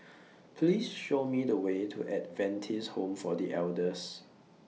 Please Show Me The Way to Adventist Home For The Elders